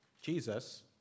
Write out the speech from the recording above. Jesus